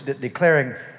declaring